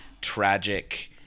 tragic